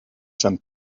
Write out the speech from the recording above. some